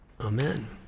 Amen